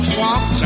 Swamp